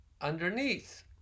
underneath